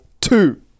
two